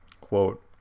quote